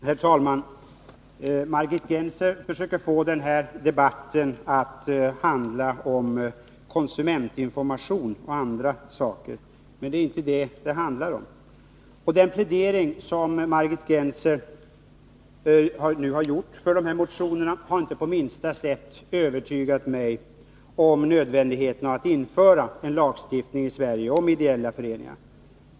Herr talman! Margit Gennser försöker få den här debatten att handla om konsumentinformation och andra saker. Men det handlar inte om detta. Den plädering som Margit Gennser nu har gjort för de här motionerna har inte på minsta sätt övertygat mig om nödvändigheten av att införa en lagstiftning i Sverige om ideella föreningar.